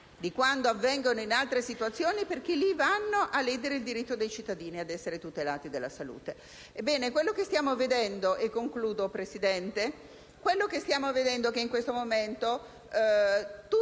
a quando avvengono in altre situazioni, perché lì vanno a ledere il diritto dei cittadini ad essere tutelati nella salute.